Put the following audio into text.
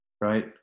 Right